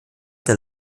the